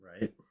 Right